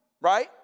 right